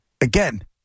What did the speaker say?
Again